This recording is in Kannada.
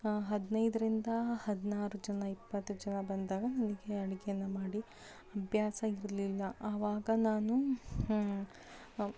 ಹದಿನೈದರಿಂದ ಹದಿನಾರು ಜನ ಇಪ್ಪತ್ತು ಜನ ಬಂದಾಗ ನನಗೆ ಅಡುಗೇನ ಮಾಡಿ ಅಭ್ಯಾಸ ಇರಲಿಲ್ಲ ಆವಾಗ ನಾನು